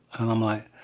and i'm like,